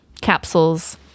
capsules